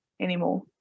anymore